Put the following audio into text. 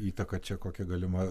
įtaka čia kokia galima